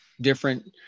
different